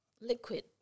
liquid